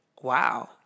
wow